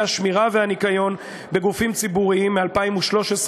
השמירה והניקיון בגופים ציבוריים מ-2013,